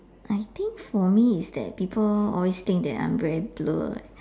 I think for me is that people always think that I'm very blur leh